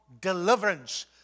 deliverance